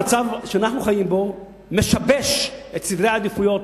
המצב שאנחנו חיים בו משבש את סדרי העדיפויות